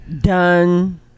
Done